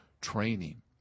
training